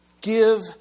give